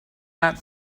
that